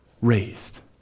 raised